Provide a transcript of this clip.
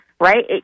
right